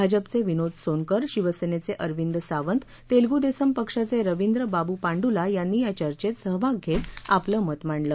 भाजपचे विनोद सोनकर शिवसेनेचे अरविंद सावंत तेलगु देसम पक्षाचे रविंद्र बाबु पांडुला यांनी या चचेंत सहभाग घेत आपलं मत मांडलं